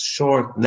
Short